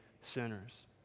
sinners